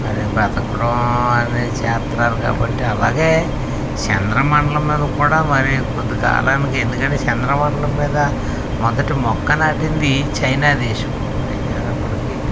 అలా బతకడం అనేది చేతరాదు కాబట్టి అలాగే చంద్రమండలం మీద కూడా మరి కొద్ది కాలానికి ఎందుకంటే చంద్రమండలం మీద మొదటి మొక్క నాటింది చైనా దేశం అయినప్పటికీ